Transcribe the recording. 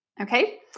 Okay